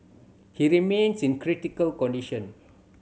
he remains in critical condition